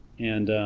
and